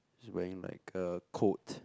she's wearing like a coat